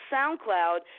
SoundCloud